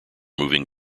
moving